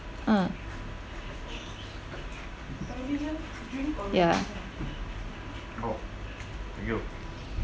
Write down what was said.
ah yeah